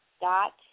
dot